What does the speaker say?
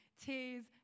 Tears